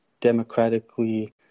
democratically